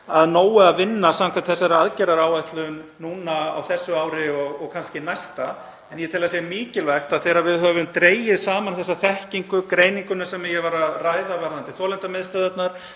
að nægu að vinna samkvæmt þessari aðgerðaáætlun núna á þessu ári og kannski því næsta. En ég tel að það sé mikilvægt að þegar við höfum dregið saman þessa þekkingu, greininguna sem ég var að ræða varðandi þolendamiðstöðvarnar